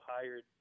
hired